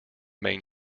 main